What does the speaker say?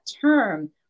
term